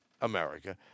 America